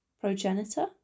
progenitor